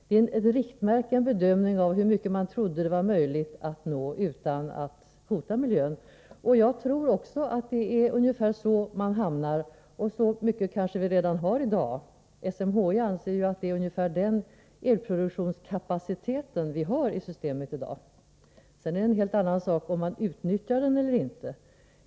66 TWh var en bedömning av hur mycket man trodde att det var möjligt att nå utan att hota miljön. Jag tror också att det är ungefär där man hamnar, och så mycket kanske vi har nått upp till redan nu. SMHI anser att det är ungefär den elproduktionskapaciteten vi har i systemet i dag. Sedan är det en helt annan sak om man utnyttjar den eller inte.